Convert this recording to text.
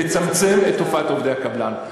לצמצם את תופעת עובדי הקבלן.